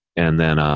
and then, um,